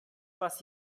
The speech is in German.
was